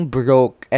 broke